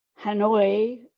Hanoi